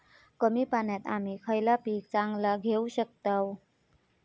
कमी पाण्यात आम्ही खयला पीक चांगला घेव शकताव?